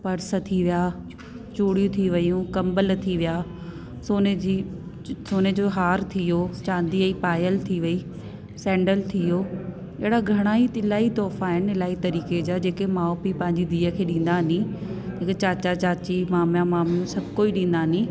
purse थी विया चुड़ियूं थी वियूं कंबल थी विया सोने जी सोने जो हार थी वियो चांदीअ ई पायल थी वई सैंडल थी वियो अहिड़ा घणा ई इलाही तोहफ़ा आहिनि इलाही तरीक़े जा जेके माउ पीउ पंहिंजी धीअ खे ॾींदा नी जेके चाचा चाची मामा मामी सभु कोई ॾींदा नी